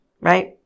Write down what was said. right